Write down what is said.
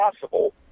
possible